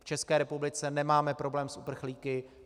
V České republice nemáme problém s uprchlíky.